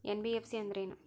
NBFC ಅಂದ್ರೇನು?